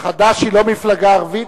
חד"ש היא לא מפלגה ערבית,